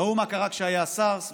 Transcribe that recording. ראו מה קרה כשהיה הסארס,